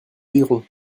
lirons